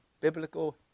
biblical